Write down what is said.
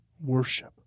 worship